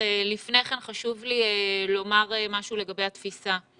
לפני כן חשוב לי לומר משהו לגבי התפיסה.